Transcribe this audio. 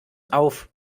auf